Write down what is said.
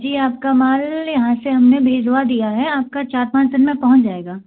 जी आपका माल यहाँ से हमने भिजवा दिया है आपका चार पाँच दिन में पहुँच जाएगा